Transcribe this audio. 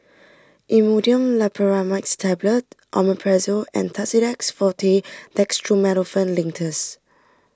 Imodium Loperamide Tablets Omeprazole and Tussidex forte Dextromethorphan Linctus